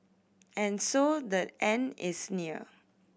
and so the end is near